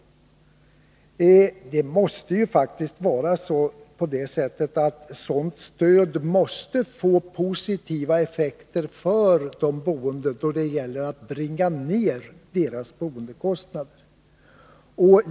Det måste faktiskt vara på det sättet att sådant stöd får positiva effekter för de boende då det gäller att bringa ned deras boendekostnader.